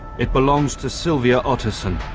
it belongs to sylvia ottersen.